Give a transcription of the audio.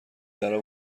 درا